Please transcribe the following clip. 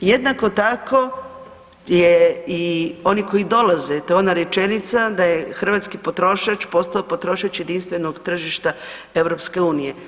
Jednako tako je i oni koji dolaze to je ona rečenica da je hrvatski potrošač postao potrošač jedinstvenog tržišta EU.